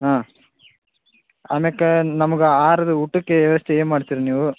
ಹಾಂ ಆಮೇಕೇ ನಮಗೆ ಆಹಾರದ ಊಟಕ್ಕೆ ವ್ಯವಸ್ಥೆ ಏನ್ ಮಾಡ್ತೀರ ನೀವು